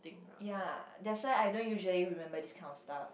ya that's why I don't usually remember this kind of stuff